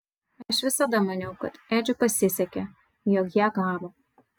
aš visada maniau kad edžiui pasisekė jog ją gavo